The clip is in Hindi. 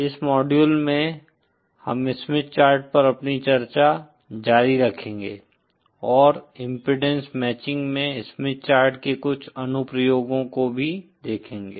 इस मॉड्यूल में हम स्मिथ चार्ट पर अपनी चर्चा जारी रखेंगे और इंपीडेन्स मैचिंग में स्मिथ चार्ट के कुछ अनुप्रयोगों को भी देखेंगे